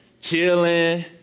chilling